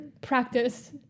practice